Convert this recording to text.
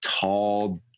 tall